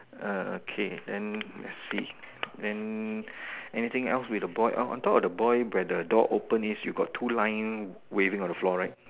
err okay then switch then anything else with the boy oh on top of the boy where the door open is you got two line waving on the floor right